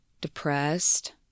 depressed